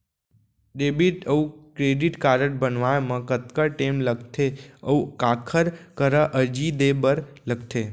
Debit अऊ credit card बनवाए मा कतका टेम लगथे, अऊ काखर करा अर्जी दे बर लगथे?